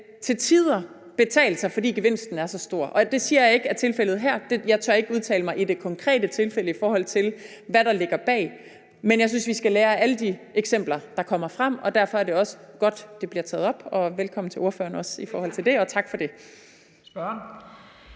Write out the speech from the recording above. til tider betale sig, fordi gevinsten er så stor. Det siger jeg ikke er tilfældet her. Jeg tør ikke udtale mig om det konkrete tilfælde, i forhold til hvad der ligger bag, men jeg synes, vi skal lære af alle de eksempler, der kommer frem, og derfor er det også godt, at det bliver taget op – velkommen til spørgeren i forhold til det også, og tak for det. Kl.